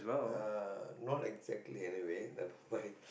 uh not exactly anyway never mind